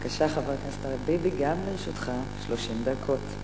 בבקשה, חבר הכנסת אריה ביבי, גם לרשותך 30 דקות.